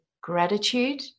gratitude